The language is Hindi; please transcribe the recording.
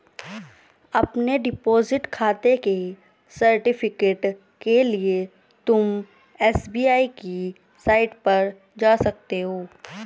अपने डिपॉजिट खाते के सर्टिफिकेट के लिए तुम एस.बी.आई की साईट पर जा सकते हो